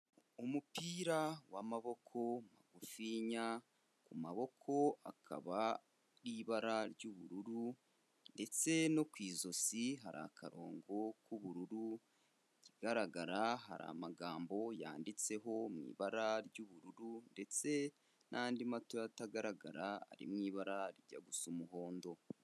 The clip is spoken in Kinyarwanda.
Umupira w'amaboko magufiya ku maboko akaba ari ibara ry'ubururu ndetse no ku ijosi hari akarongo k'ubururu, ikigaragara hari amagambo yanditseho mu ibara ry'ubururu ndetse n'andi matoya atagaragara ari mu ibara ryijya gusa umuhondo.